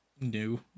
new